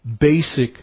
basic